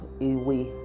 away